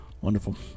Wonderful